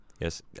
Yes